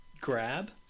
grab